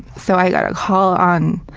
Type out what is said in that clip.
so i got a call on